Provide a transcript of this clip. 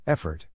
Effort